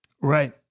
Right